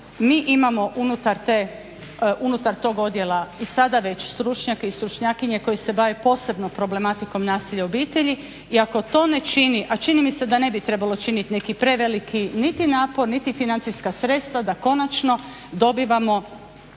mi imamo unutar tog odjela i sada već stručnjake i stručnjakinje koji se bave posebno problematikom nasilja u obitelji i ako to ne čini, a čini mi se da ne bi trebalo činit neki preveliki niti napor niti financijska sredstva da konačno dobivamo